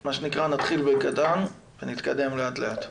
מה שנקרא נתחיל בקטן ונתקדם לאט לאט,